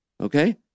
Okay